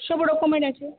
সব রকমের আছে